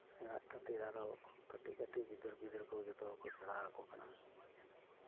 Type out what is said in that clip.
ᱥᱮᱲᱟᱭᱮᱜ ᱠᱷᱟᱹᱛᱤᱨ ᱟᱨᱚ ᱠᱟᱹᱴᱤᱡ ᱠᱟᱹᱴᱤᱡ ᱜᱤᱫᱟᱹᱨ ᱯᱤᱫᱟᱹᱨ ᱠᱚ ᱡᱚᱛᱚ ᱜᱮᱠᱚ ᱥᱮᱲᱟ ᱟᱠᱚ ᱠᱟᱱᱟ